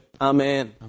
Amen